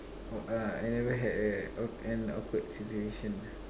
oh uh I never had a an awkward situation ah